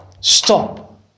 stop